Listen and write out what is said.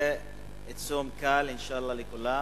צום קל, אינשאללה, לכולם.